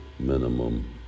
minimum